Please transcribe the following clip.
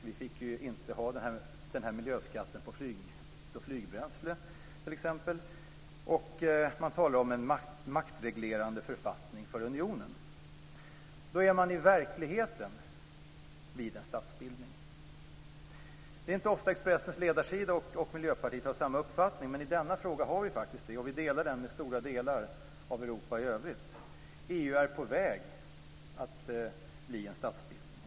Vi fick t.ex. inte ha miljöskatten på flygbränsle. Man talar om en maktreglerande författning för unionen. Då är man i verkligheten vid en statsbildning. Det är inte ofta Expressens ledarsida och Miljöpartiet har samma uppfattning, men i denna fråga har vi det. Vi delar den uppfattningen med stora delar av Europa i övrigt. EU är på väg att bli en statsbildning.